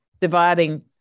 dividing